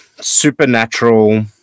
supernatural